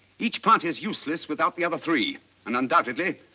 each part is useless without the other three and undoubtedly,